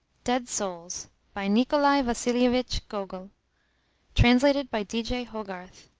dead souls by nikolai vasilievich gogol translated by d. j. hogarth